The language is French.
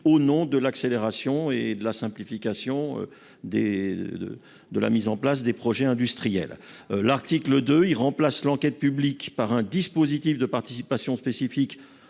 au nom de l'accélération et de la simplification de la mise en oeuvre des projets industriels. Je le rappelle, cet article remplace l'enquête publique par un dispositif de participation spécifique